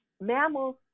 Mammals